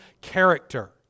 character